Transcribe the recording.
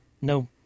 no